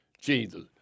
Jesus